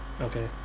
Okay